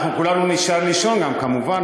אנחנו כולנו גם נישאר לישון פה כמובן,